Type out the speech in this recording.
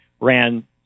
ran